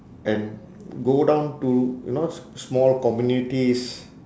and go down to you know s~ small communities